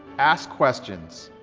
ask questions.